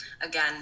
Again